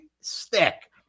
stick